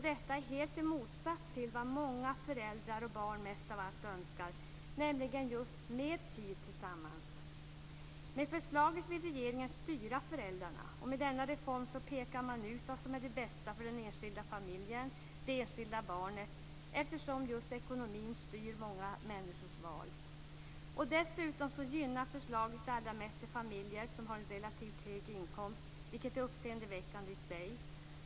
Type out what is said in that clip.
Detta är helt motsatt vad många föräldrar och barn mest av allt önskar, nämligen mer tid tillsammans. Med förslaget vill regeringen styra föräldrarna. Med denna reform pekar man ut vad som är det bästa för den enskilda familjen och det enskilda barnet, eftersom ekonomin styr många människors val. Dessutom gynnar förslaget allra mest de familjer som har en relativt hög inkomst, vilket är uppseendeväckande i sig.